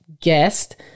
guest